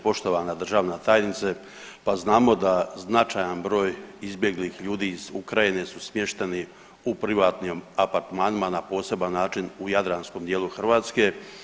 Poštovana državna tajnice, pa znamo da značajan broj izbjeglih ljudi iz Ukrajine su smješteni u privatnim apartmanima na poseban način u jadranskom dijelu Hrvatske.